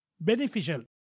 beneficial